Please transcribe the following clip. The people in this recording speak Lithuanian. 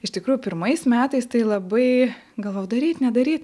iš tikrųjų pirmais metais tai labai galvojau daryt nedaryt